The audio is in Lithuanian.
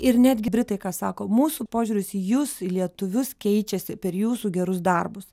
ir netgi britai ką sako mūsų požiūris į jus į lietuvius keičiasi per jūsų gerus darbus